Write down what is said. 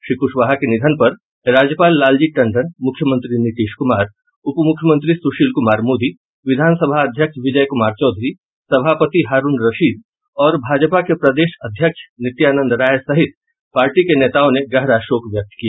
श्री क्शवाहा के निधन पर राज्यपाल लालजी टंडन मुख्यमंत्री नीतीश कूमार उपमूख्यमंत्री सुशील कुमार मोदी विधान सभा अध्यक्ष विजय कुमार चौधरी विधान परिसद के सभापति हारून रशिद भाजपा के प्रदेश अध्यक्ष नित्यानंद राय सहित पार्टी के नेताओं ने गहरा शोक व्यक्त किया